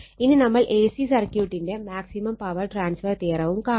ഇനി നമ്മൾ A C സർക്യൂട്ടിന്റെ മാക്സിമം പവർ ട്രാൻസ്ഫർ തിയറവും കാണും